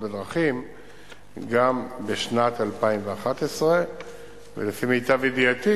בדרכים גם בשנת 2011. ולפי מיטב ידיעתי,